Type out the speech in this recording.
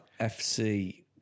FC